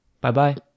bye-bye